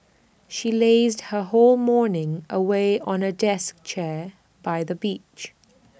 she lazed her whole morning away on A deck chair by the beach